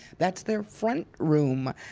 that's their front room.